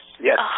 Yes